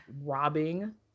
robbing